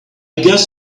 guess